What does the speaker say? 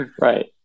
Right